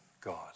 God